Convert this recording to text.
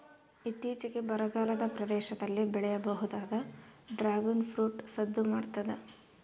ಇತ್ತೀಚಿಗೆ ಬರಗಾಲದ ಪ್ರದೇಶದಲ್ಲಿ ಬೆಳೆಯಬಹುದಾದ ಡ್ರಾಗುನ್ ಫ್ರೂಟ್ ಸದ್ದು ಮಾಡ್ತಾದ